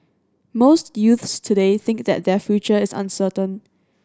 most youths today think that their future is uncertain